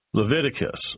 Leviticus